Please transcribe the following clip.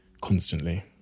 constantly